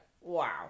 wow